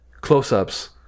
close-ups